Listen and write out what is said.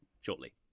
shortly